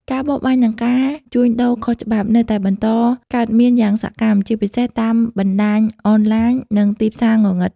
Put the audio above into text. ការបរបាញ់ និងការជួញដូរខុសច្បាប់ នៅតែបន្តកើតមានយ៉ាងសកម្ម ជាពិសេសតាមបណ្ដាញអនឡាញ និងទីផ្សារងងឹត។